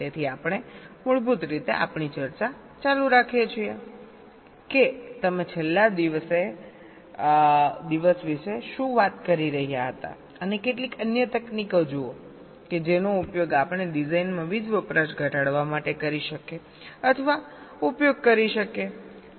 તેથી આપણે મૂળભૂત રીતે આપણીચર્ચા ચાલુ રાખીએ છીએ કે તમે છેલ્લા દિવસ વિશે શું વાત કરી રહ્યા હતા અને કેટલીક અન્ય તકનીકો જુઓ કે જેનો ઉપયોગ આપણે ડિઝાઇનમાં વીજ વપરાશ ઘટાડવા માટે કરી શકીએ અથવા ઉપયોગ કરી શકીએ